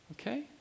Okay